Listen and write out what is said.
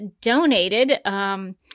donated